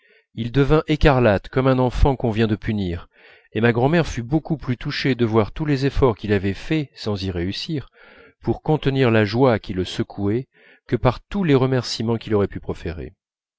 il devint écarlate comme un enfant qu'on vient de punir et ma grand'mère fut beaucoup plus touchée de voir tous les efforts qu'il avait faits sans y réussir pour contenir la joie qui le secouait que par tous les remerciements qu'il aurait pu proférer